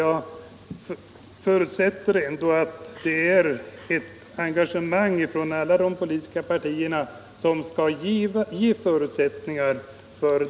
Jag förutsätter att det är ett engagemang från alla de politiska partierna som skall ge förutsättningar härför.